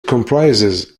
comprises